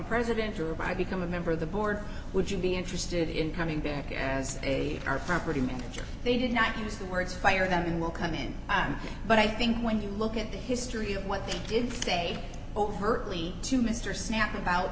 president or i become a member of the board would you be interested in coming back as a r for pretty much they did not use the words fire them in will come in but i think when you look at the history of what they did say overtly to mr snapp about